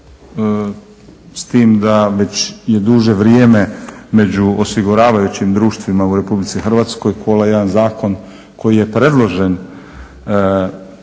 s tim da već je duže vrijeme među osiguravajućim društvima u RH kola jedan zakon koji je predložen